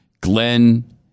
Glenn